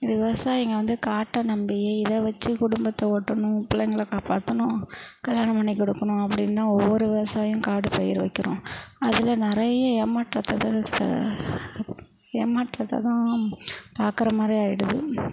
விவசாயிங்க வந்து காட்டை நம்பியே இதை வெச்சு குடும்பத்தை ஓட்டணும் பிள்ளைங்கள காப்பாற்றணும் கல்யாணம் பண்ணி கொடுக்கணும் அப்படினு தான் ஒவ்வொரு விவசாயியும் காடு பயிர் வைக்கிறோம் அதில் நிறையா ஏமாற்றத்தை தான் த ஏமாற்றத்தை தான் பார்க்குற மாதிரி ஆகிடுது